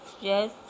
yes